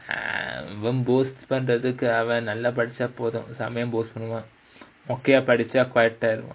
இவன்:ivan boost பண்றதுக்கு அவன் நல்லா படிச்சா போதும் செமயா:pandrathukku avan nallaa padicha pothum semayaa boost பண்ணுவான் மொக்கயா படிச்சா போயிட்டே:pannuvaan mokkayaa padicha poiyittae